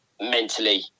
mentally